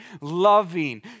loving